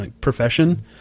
profession